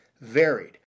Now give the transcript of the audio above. varied